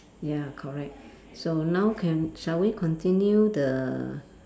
ya correct so now can shall we continue the